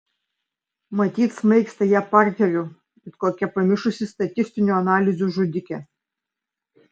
matyt smaigstė ją parkeriu it kokia pamišusi statistinių analizių žudikė